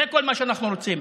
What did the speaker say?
זה כל מה שאנחנו רוצים.